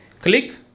Click